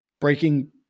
breaking